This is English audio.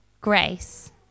grace